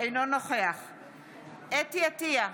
אינו נוכח חוה אתי עטייה,